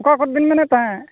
ᱚᱠᱟ ᱠᱷᱚᱡᱵᱤᱱ ᱢᱮᱱᱮᱫ ᱛᱟᱦᱮᱸᱫ